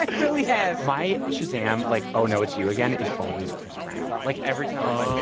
ah really have my shazam, like, oh-no-it's-you-again is always chris brown. like, every time